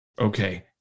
Okay